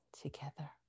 together